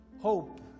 hope